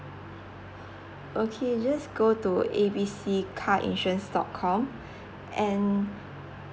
okay just go to A B C car insurance dot com and